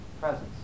presence